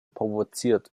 provoziert